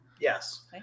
yes